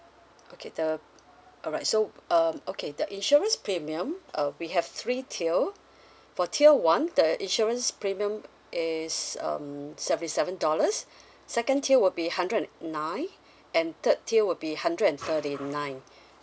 okay the alright so um okay the insurance premium uh we have three tier for tier one the insurance premium is um seventy seven dollars second tier will be hundred and nine and third tier will be hundred and thirty nine